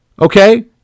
Okay